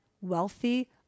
wealthy